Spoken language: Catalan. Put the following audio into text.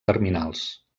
terminals